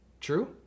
True